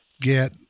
get